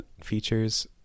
features